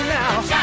now